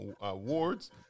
awards